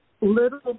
little